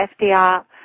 FDR